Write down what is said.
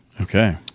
Okay